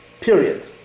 period